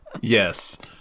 yes